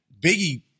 Biggie